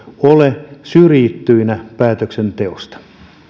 ole syrjittyinä päätöksenteosta